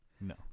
no